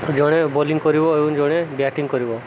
ଜଣେ ବୋଲିଂ କରିବ ଏବଂ ଜଣେ ବ୍ୟାଟିଂ କରିବ